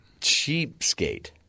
cheapskate